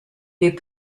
les